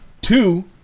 Two